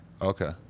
Okay